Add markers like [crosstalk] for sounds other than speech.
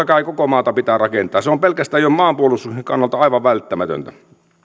[unintelligible] kai koko maata pitää rakentaa se on pelkästään jo maanpuolustuksen kannalta aivan välttämätöntä